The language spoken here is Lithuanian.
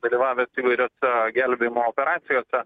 dalyvavęs įvairiose gelbėjimo operacijose